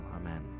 amen